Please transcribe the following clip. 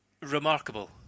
remarkable